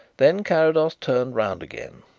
then carrados turned round again.